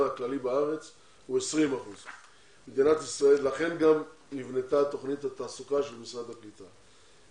הכללי בארץ הוא 20%. לכן גם נבנתה תוכנית התעסוקה של משרד הקליטה.